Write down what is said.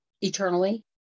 eternally